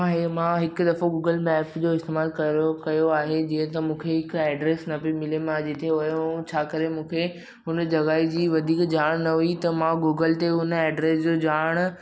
हा मां हिकु दफ़ो गुगल मेप जो इस्तेमालु कयो आहे जीअं त मूंखे हिकु एड्रेस न पई मिले मां जिते वियो हुअमि छाकाणि मूंखे हुन जॻहि जी वधीक ॼाण न हुई त मां गुगल ते हुन एड्रेस जो ॼाण